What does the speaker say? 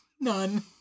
None